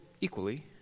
equally